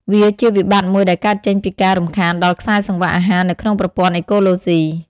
វាជាវិបត្តិមួយដែលកើតចេញពីការរំខានដល់ខ្សែសង្វាក់អាហារនៅក្នុងប្រព័ន្ធអេកូឡូស៊ី។